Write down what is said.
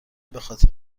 بخاطر